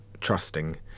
trusting